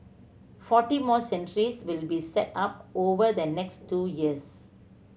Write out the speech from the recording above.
forty more centres will be set up over the next two years